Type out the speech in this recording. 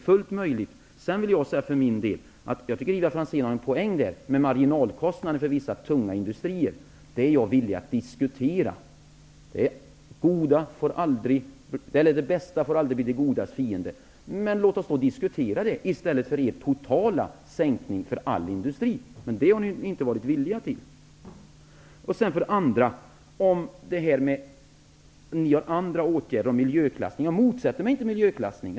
För min del tycker jag att Ivar Franzén har en poäng med det här med marginalkostnaden för vissa tunga industrier. Den frågan är jag villig att diskutera. Det bästa får aldrig bli det godas fiende. Men låt oss diskutera saken i stället för att göra som ni gör, dvs. genomföra en total sänkning för all industri. Men det har ni ju inte varit villiga till. Vidare vill jag framhålla att jag inte motsätter mig någon miljöklassning.